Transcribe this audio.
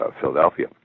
Philadelphia